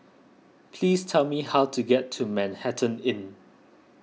please tell me how to get to Manhattan Inn